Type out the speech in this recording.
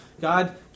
God